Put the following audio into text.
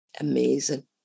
Amazing